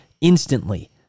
instantly